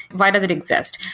why does it exist?